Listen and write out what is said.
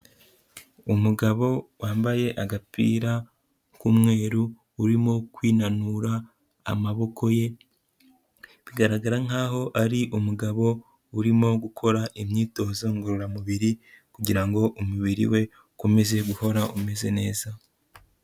Umugabo wambaye agapira k'umweru urimo kwinanura amaboko ye, bigaragara nkaho ari umugabo urimo gukora imyitozo ngororamubiri kugira ngo umubiri we ukomeze guhora umeze neza.